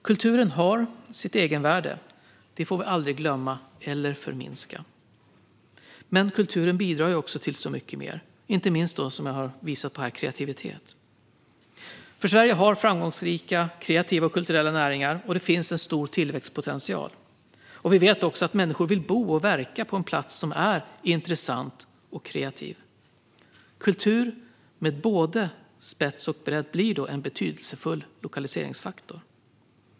Kulturen har sitt egenvärde. Det får vi aldrig glömma eller förminska. Men kulturen bidrar också till så mycket mer - inte minst till kreativitet, som jag har visat. Sverige har framgångsrika kreativa och kulturella näringar, och det finns en stor tillväxtpotential. Vi vet också att människor vill bo och verka på en plats som är intressant och kreativ. Kultur med både spets och bredd blir då en betydelsefull lokaliseringsfaktor.